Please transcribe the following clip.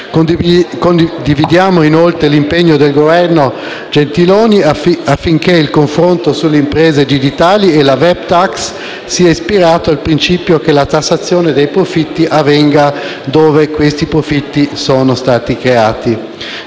Condividiamo inoltre l'impegno del Governo Gentiloni Silveri affinché il confronto sulle imprese digitali e la *web tax* sia ispirato al principio che la tassazione dei profitti avvenga dove essi sono stati creati.